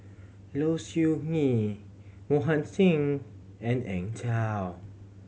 Low Siew Nghee Mohan Singh and Eng Tow